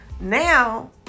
Now